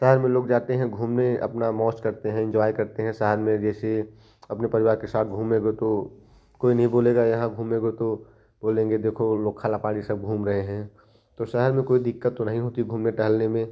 शहर में लोग जाते हैं घूमने अपना मौज करते हैं एन्जॉय करते हैं शहर में जैसे अपने परिवार के साथ घूमने गए तो कोई नहीं बोलेगा यहाँ घूमने गए तो बोलेंगे देखो वो लोग खला पानी सब घूम रहे रहे हैं तो शहर में कोई दिक्कत तो नहीं होती है घूमने टहलने में